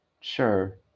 Sure